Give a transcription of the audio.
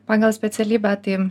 pagal specialybę tai